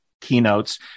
keynotes